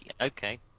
Okay